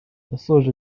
yasoje